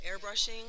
airbrushing